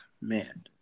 man